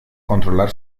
controlar